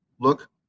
look